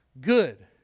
Good